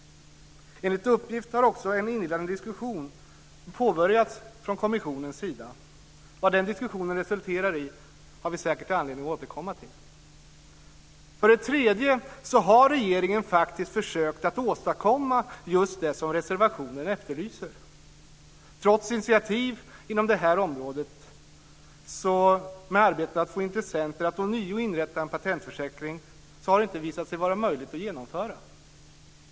Enligt uppgift har också en inledande diskussion påbörjats från kommissionens sida. Vad den diskussionen resulterar i har vi säkert anledning att återkomma till. För det tredje har regeringen faktiskt försökt åstadkomma just det som reservationen efterlyser. Trots initiativ inom detta område har arbetet med att få intressenter att ånyo inrätta en patentförsäkring inte visat sig vara möjligt att genomföra.